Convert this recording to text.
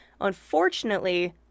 Unfortunately